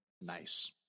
Nice